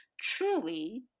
truly